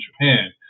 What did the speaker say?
Japan